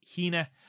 Hina